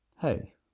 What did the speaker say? hey